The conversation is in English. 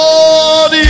Lord